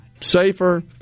safer